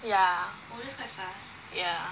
yeah yeah